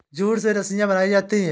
jute से रस्सियां बनायीं जाती है